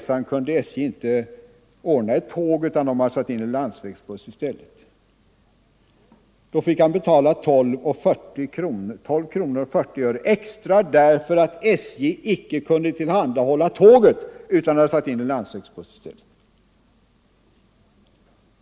sträckan kunde SJ inte ordna tåg, utan man hade satt in en landsvägsbuss i stället, och då fick han betala 12:40 kronor extra för att SJ icke kunde tillhandahålla tåg.